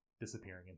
disappearing